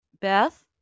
Beth